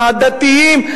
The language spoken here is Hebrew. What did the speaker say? הדתיים,